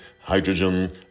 hydrogen